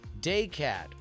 Daycat